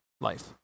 life